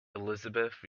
elizabeth